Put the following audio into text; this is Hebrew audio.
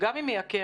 גם אם זה מייקר,